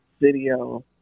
video